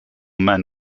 men